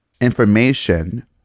information